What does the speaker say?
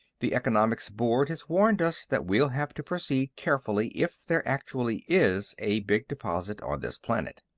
the economics board has warned us that we'll have to proceed carefully if there actually is a big deposit on this planet.